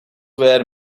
were